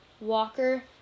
Walker